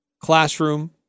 classroom